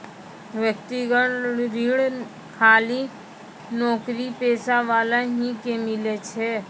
व्यक्तिगत ऋण खाली नौकरीपेशा वाला ही के मिलै छै?